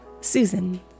Susan